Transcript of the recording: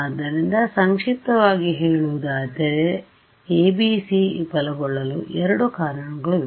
ಆದ್ದರಿಂದ ಸಂಕ್ಷಿಪ್ತವಾಗಿ ಹೇಳುವುದಾದರೆ ABC ವಿಫಲಗೊಳ್ಳಲು ಎರಡು ಕಾರಣಗಳು ಇವೆ